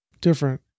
Different